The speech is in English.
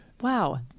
Wow